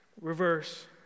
reverse